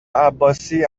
عباسی